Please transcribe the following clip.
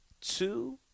two